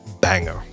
banger